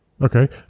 Okay